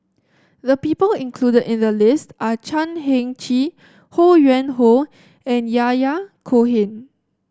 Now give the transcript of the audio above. the people included in the list are Chan Heng Chee Ho Yuen Hoe and Yahya Cohen